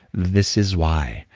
this is why.